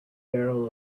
barrel